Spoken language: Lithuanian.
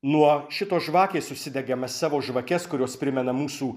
nuo šitos žvakės užsidegame savo žvakes kurios primena mūsų